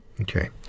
Okay